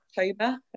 October